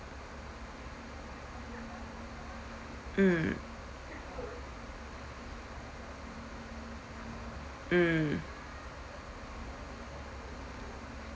mm mm